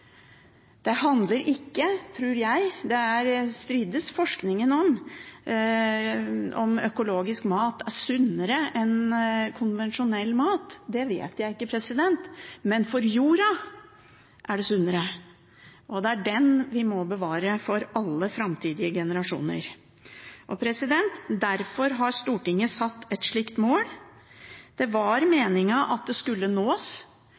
Det handler ikke om, tror jeg, at økologisk mat er sunnere enn konvensjonell mat – det strides forskningen om, så det vet jeg ikke – men for jorda er det sunnere. Og det er den vi må bevare for alle framtidige generasjoner. Derfor har Stortinget satt et slikt mål. Det var meningen at det skulle nås.